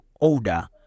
older